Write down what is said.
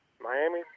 Miami